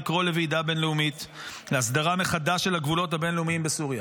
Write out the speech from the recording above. לקרוא לוועידה בין-לאומית להסדרה מחדש של הגבולות הבין-לאומיים בסוריה.